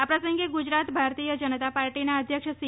આ પ્રસંગે ગુજરાત ભારતીય જનતા પાર્ટીના અધ્યક્ષ સી